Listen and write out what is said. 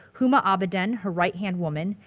huma abedin, her right hand woman,